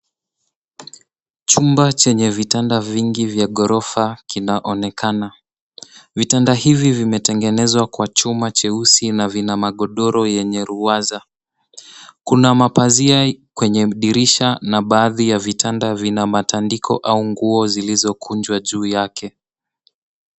Chumba chenye vitanda vingi vya ghorofa kinaonekana. Vitanda hivi vimetengenezwa kwa chuma cheusi na vina magodoro yenye ruwaza. Kuna mapazia kwenye dirisha na baadhi ya vitanda vina matandiko au nguo zilizokunjwa juu yake.